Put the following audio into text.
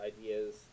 ideas